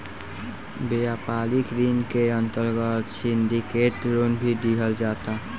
व्यापारिक ऋण के अंतर्गत सिंडिकेट लोन भी दीहल जाता